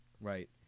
right